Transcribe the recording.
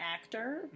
actor